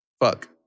Fuck